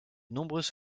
nombreuses